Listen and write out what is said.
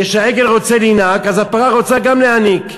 כשהעגל רוצה לינוק, הפרה גם רוצה להיניק.